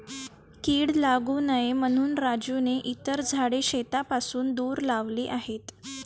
कीड लागू नये म्हणून राजूने इतर झाडे शेतापासून दूर लावली आहेत